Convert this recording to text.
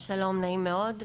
שלום נעים מאוד.